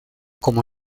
como